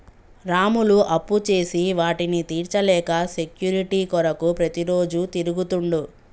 రాములు అప్పుచేసి వాటిని తీర్చలేక సెక్యూరిటీ కొరకు ప్రతిరోజు తిరుగుతుండు